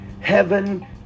heaven